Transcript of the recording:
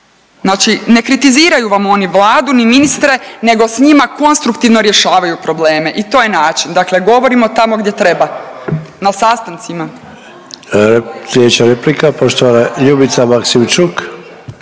Znači ne kritiziraju vam oni Vladu, ni ministre nego s njima konstruktivno rješavaju probleme. I to je način. Dakle, govorimo tamo gdje treba, na sastancima. **Sanader, Ante (HDZ)** Slijedeća replika poštovana Ljubica Maksimčuk.